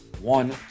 one